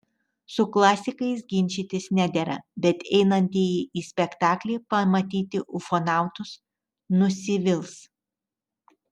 su klasikais ginčytis nedera bet einantieji į spektaklį pamatyti ufonautus nusivils